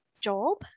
job